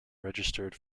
registered